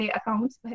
accounts